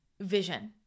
vision